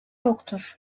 yoktur